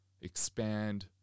expand